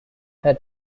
her